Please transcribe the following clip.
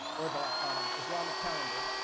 or the islamic calendar,